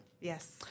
yes